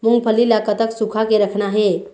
मूंगफली ला कतक सूखा के रखना हे?